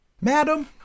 Madam